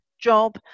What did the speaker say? job